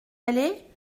aller